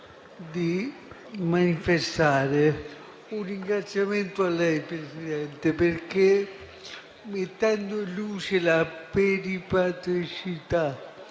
di manifestare un ringraziamento a lei, Presidente perché, mettendo in luce la peripateticità,